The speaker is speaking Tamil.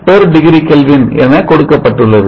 47 degree Kelvin என கொடுக்கப்பட்டுள்ளது